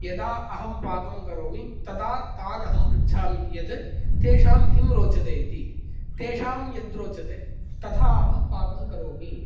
यदा अहं पाकं करोमि तदा तान् अहं पृच्छामि यत् तेषां किं रोचते इति तेषां यद् रोचते तथा अहं पाकं करोमि